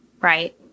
Right